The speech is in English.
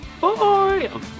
bye